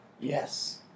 Yes